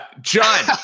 John